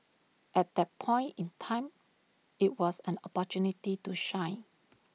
at that point in time IT was an opportunity to shine